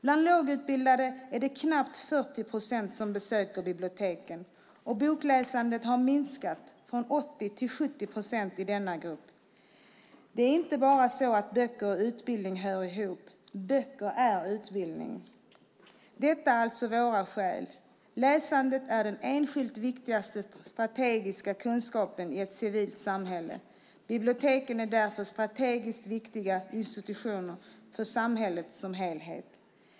Bland lågutbildade är det knappt 40 procent som besöker biblioteken, och bokläsandet har minskat från 80 till 70 procent i denna grupp. Det är inte bara så att böcker och utbildning hör ihop - böcker är utbildning. Detta är alltså våra skäl. Läsandet är den enskilt viktigaste strategiska kunskapen i ett civilt samhälle. Biblioteken är därför strategiskt viktiga institutioner för samhället som helhet.